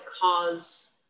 cause